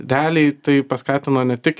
daliai tai paskatino ne tik